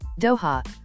Doha